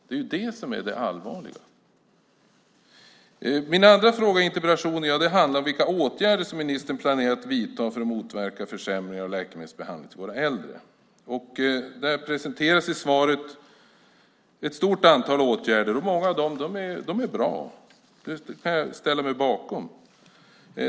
Det är det som är det allvarliga. Min andra fråga i interpellationen handlar om vilka åtgärder ministern planerar att vidta för att motverka försämring av läkemedelsbehandling av våra äldre. I svaret presenteras ett stort antal åtgärder, och många av dem är bra och kan jag ställa mig bakom.